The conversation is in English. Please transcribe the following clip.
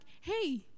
hey